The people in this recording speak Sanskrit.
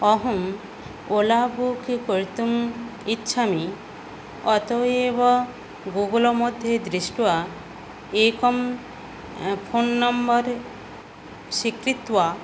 अहम् ओला बुक् कर्तुम् इच्छामि अतः एव गुगलमध्ये दृष्ट्वा एकं फ़ोन् नम्बर् स्वीकृत्य